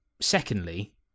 Secondly